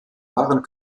wahren